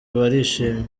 barishimye